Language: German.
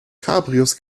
cabrios